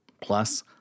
Plus